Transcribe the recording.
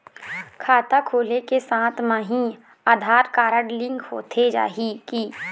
खाता खोले के साथ म ही आधार कारड लिंक होथे जाही की?